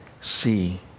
see